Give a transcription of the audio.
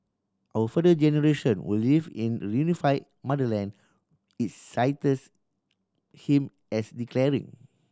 our further generation will live in reunify motherland it cites him as declaring